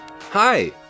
Hi